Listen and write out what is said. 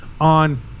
on